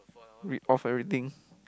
read off everything